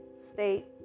state